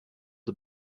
the